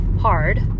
hard